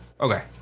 Okay